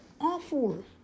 awful